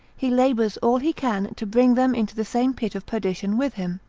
he labours all he can to bring them into the same pit of perdition with him.